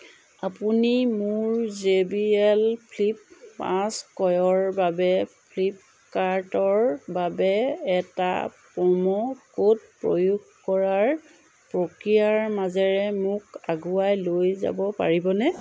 আপুনি মোৰ J B L flip পাঁচ ক্ৰয়ৰ বাবে ফ্লিপকাৰ্টৰ বাবে এটা প্ৰম' কোড প্ৰয়োগ কৰাৰ প্ৰক্ৰিয়াৰ মাজেৰে মোক আগুৱাই লৈ যাব পাৰিবনে